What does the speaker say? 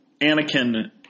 Anakin